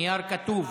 נייר כתוב.